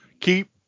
keep